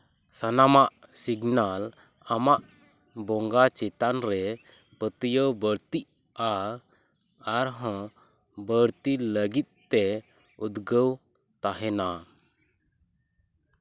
ᱥᱟᱱᱟᱢᱟᱜ ᱥᱤᱜᱽᱱᱟᱞ ᱟᱢᱟᱜ ᱵᱚᱸᱜᱟ ᱪᱮᱛᱟᱱ ᱨᱮ ᱯᱟᱹᱛᱭᱟᱹᱣ ᱵᱟᱹᱲᱛᱤᱜᱼᱟ ᱟᱨᱦᱚᱸ ᱵᱟᱹᱲᱛᱤ ᱞᱟᱹᱜᱤᱫᱛᱮ ᱩᱫᱽᱜᱟᱹᱣ ᱛᱟᱦᱮᱱᱟ